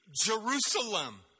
Jerusalem